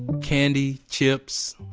candy, chips.